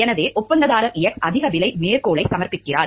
எனவே ஒப்பந்ததாரர் X அதிக விலை மேற்கோளைச் சமர்ப்பிக்கிறார்